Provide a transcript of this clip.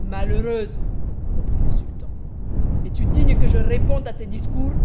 malheureuse reprit le sultan es-tu digne que je réponde à tes discours